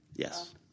Yes